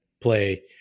play